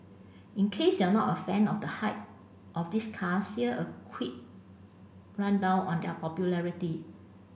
in case you're not a fan of the hype of these cars here a quick rundown on their popularity